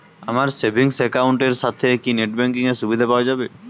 আমার savings account এর সাথে কি নেটব্যাঙ্কিং এর সুবিধা পাওয়া যাবে?